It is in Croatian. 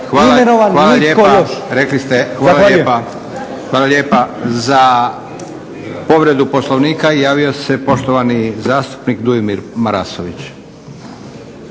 hvala lijepa. Za povredu Poslovnika javio se poštovani zastupnik Dujomir Marasović.